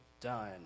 done